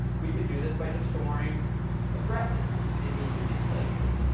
we could do this by just storing addresses in each of these places.